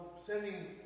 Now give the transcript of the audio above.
sending